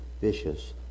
vicious